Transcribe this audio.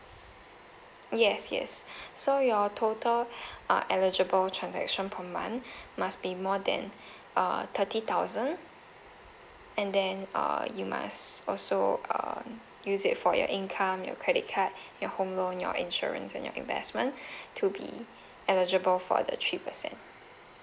yes yes so your total uh eligible transaction per month must be more than uh thirty thousand and then err you must also uh use it for your income your credit card your home loan your insurance and your investment to be eligible for the three percent